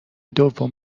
دوم